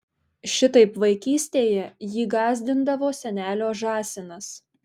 šitaip vaikystėje jį gąsdindavo senelio žąsinas